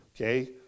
okay